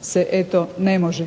se eto ne može.